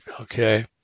okay